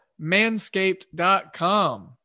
manscaped.com